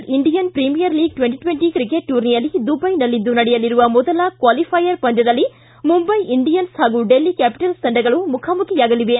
Indian Premier League twenty twenty cricket ಟೂರ್ನಿಯಲ್ಲಿ ದುಬೈನಲ್ಲಿಂದು ನಡೆಯಲಿರುವ ಮೊದಲ ಕ್ವಾಲಿಫೈಯರ್ ಪಂದ್ಯದಲ್ಲಿ ಮುಂಬೈ ಇಂಡಿಯನ್ಸ್ ಪಾಗೂ ಡೆಲ್ಲಿ ಕ್ವಾಪಿಟಲ್ಸ್ ತಂಡಗಳು ಮುಖಾಮುಖಿಯಾಗಲಿವೆ